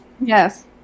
yes